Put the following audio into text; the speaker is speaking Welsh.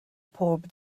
pob